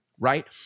Right